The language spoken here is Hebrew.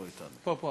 פה, פה.